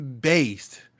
based